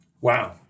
Wow